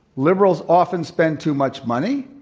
liberals often spend too much money.